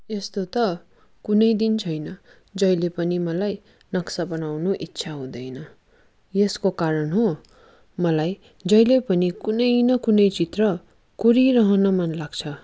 यस्तो त कुनै दिन छैन जहिले पनि मलाई नक्सा बनाउनु इच्छा हुदैन यसको कारण हो मलाई जहिले पनि कुनै न कुनै चित्र कोरिरहन मन लाग्छ